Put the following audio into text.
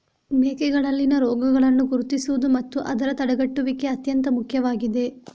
ಮೇಕೆಗಳಲ್ಲಿನ ರೋಗಗಳನ್ನು ಗುರುತಿಸುವುದು ಮತ್ತು ಅದರ ತಡೆಗಟ್ಟುವಿಕೆ ಅತ್ಯಂತ ಮುಖ್ಯವಾಗಿದೆ